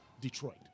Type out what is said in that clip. Detroit